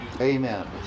Amen